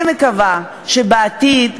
אני מקווה שבעתיד,